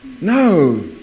No